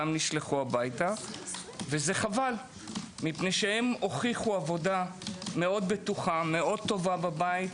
נשלחו הביתה וזה חבל כי הם הוכיחו עבודה מאוד בטוחה וטובה בבית.